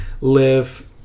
live